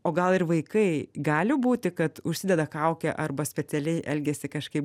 o gal ir vaikai gali būti kad užsideda kaukę arba specialiai elgiasi kažkaip